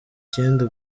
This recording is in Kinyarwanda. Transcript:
icyenda